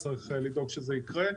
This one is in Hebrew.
אז צריך לדאוג שזה יקרה.